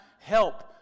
help